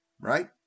right